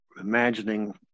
imagining